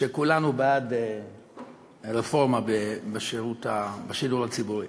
שכולנו בעד הרפורמה בשידור הציבורי,